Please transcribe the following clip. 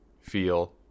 feel